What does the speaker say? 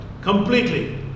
completely